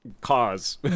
cause